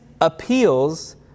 appeals